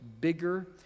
bigger